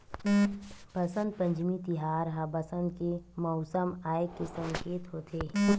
बसंत पंचमी तिहार ह बसंत के मउसम आए के सकेत होथे